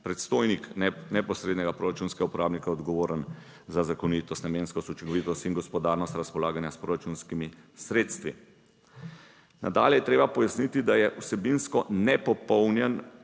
predstojnik neposrednega proračunskega uporabnika odgovoren za zakonitost, namenskost, učinkovitost in gospodarnost razpolaganja s proračunskimi sredstvi. Nadalje je treba pojasniti, da je vsebinsko nepopolnjen